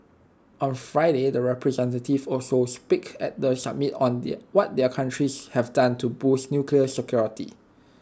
on Friday the representatives will also speak at the summit on their what their countries have done to boost nuclear security